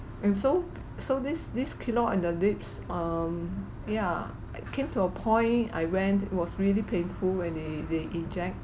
and so so this this keloid and the lips um yeah I came to a point I went it was really painful when they they inject